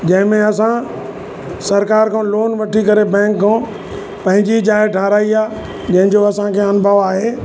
जंहिंमें असां सरकारि खो लोन वठी करे बैंक खां पंहिंजी जाइ ठाहिराई आहे जंहिंजो असांखे अनुभव आहे